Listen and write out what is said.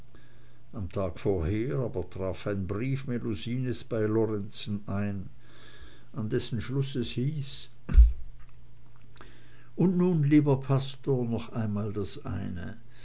am tage vorher aber traf ein brief melusinens bei lorenzen ein an dessen schluß es hieß und nun lieber pastor noch einmal das eine